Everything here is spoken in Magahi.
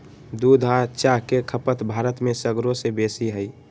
दूध आ चाह के खपत भारत में सगरो से बेशी हइ